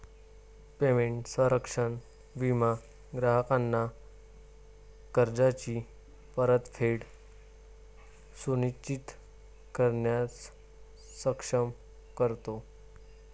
payment संरक्षण विमा ग्राहकांना कर्जाची परतफेड सुनिश्चित करण्यास सक्षम करतो